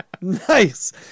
Nice